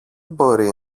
μπορεί